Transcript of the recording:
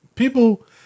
People